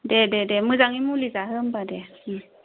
दे दे दे मोजाङै मुलि जाहो होमब्ला दे